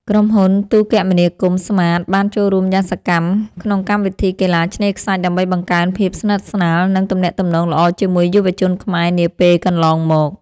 ក្រុមហ៊ុនទូរគមនាគមន៍ស្មាតបានចូលរួមយ៉ាងសកម្មក្នុងកម្មវិធីកីឡាឆ្នេរខ្សាច់ដើម្បីបង្កើនភាពស្និទ្ធស្នាល និង ទំនាក់ទំនងល្អជាមួយយុវជនខ្មែរនាពេលកន្លងមក។